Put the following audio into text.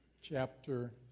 chapter